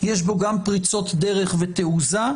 יש בו גם פריצות דרך ותעוזה,